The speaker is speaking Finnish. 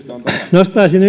nostaisin